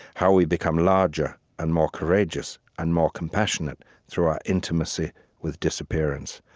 how we become larger and more courageous and more compassionate through our intimacy with disappearance.